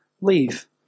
leave